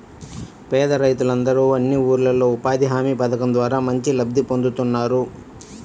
పేద రైతులందరూ అన్ని ఊర్లల్లో ఉపాధి హామీ పథకం ద్వారా మంచి లబ్ధి పొందుతున్నారు